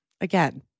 again